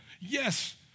Yes